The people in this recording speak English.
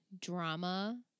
drama